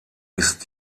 ist